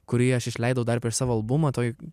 kurį aš išleidau dar per savo albumą toj